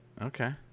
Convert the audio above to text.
Okay